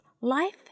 Life